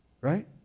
right